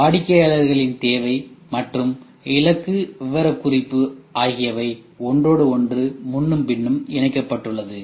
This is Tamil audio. வாடிக்கையாளர்களின் தேவை மற்றும் இலக்கு விவரக்குறிப்பு ஆகியவை ஒன்றோடு ஒன்று முன்னும் பின்னும் இணைக்கப்பட்டுள்ளது